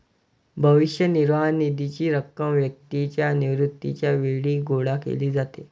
भविष्य निर्वाह निधीची रक्कम व्यक्तीच्या निवृत्तीच्या वेळी गोळा केली जाते